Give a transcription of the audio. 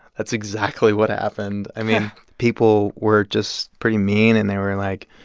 that's exactly what happened. i mean, people were just pretty mean. and they were like,